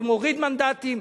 זה מוריד מנדטים.